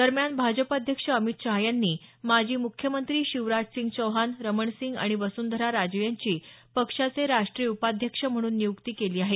दरम्यान भाजप अध्यक्ष अमित शाह यांनी माजी मुख्यमंत्री शिवराज सिंह चौहान रमण सिंग आणि वसुंधरा राजे यांची पक्षाचे राष्टीय उपाध्यक्ष म्हणून नियुक्ती केली आहे